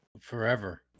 Forever